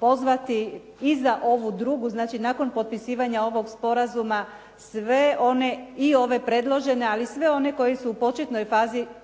pozvati i za ovu drugu, znači nakon potpisivanja ovog sporazuma sve one i ove predložene ali i sve one koji su u početnoj fazi, u određenoj